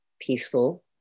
peaceful